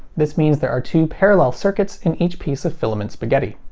this means there are two parallel circuits in each piece of filament spaghetti.